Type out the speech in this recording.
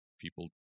people